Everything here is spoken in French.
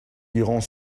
liront